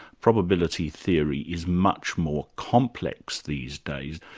probability theory is much more complex these days.